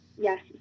Yes